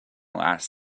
last